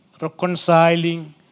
reconciling